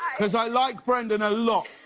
because i like brendan a lot.